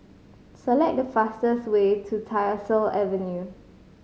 select the fastest way to Tyersall Avenue